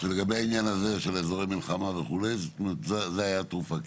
אז לגבי אזורי מלחמה, זו הייתה התרופה?